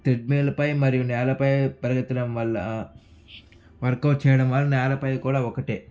ట్రెడ్మిల్పై మరియు నేలపై పరిగెత్తడం వల్ల వర్క్అవుట్ చేయడం వల్ల నేలపై కూడా ఒక్కటే